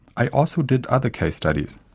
i also did other case studies.